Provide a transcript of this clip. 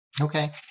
Okay